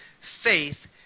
faith